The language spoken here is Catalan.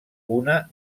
una